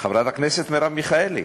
חברת הכנסת מרב מיכאלי,